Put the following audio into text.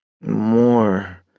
More